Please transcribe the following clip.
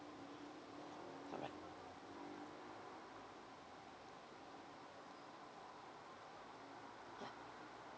alright ya